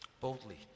boldly